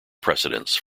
precedence